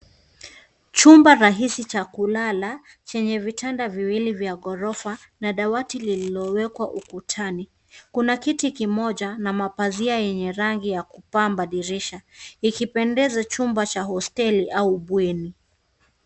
Chumba rahisi cha kulala, chenye vitanda viwili vya ghorofa, na dawati lililowekwa ukutani. Kuna kiti kimoja na mapazia yenye rangi ya kupamba dirisha. ikipendeza chumba cha hosteli au bweni.